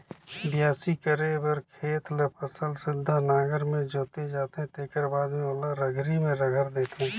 बियासी करे बर खेत ल फसल सुद्धा नांगर में जोते जाथे तेखर बाद में ओला रघरी में रघर देथे